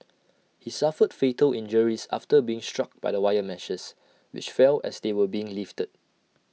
he suffered fatal injuries after being struck by the wire meshes which fell as they were being lifted